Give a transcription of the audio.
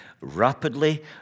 rapidly